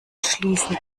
schließen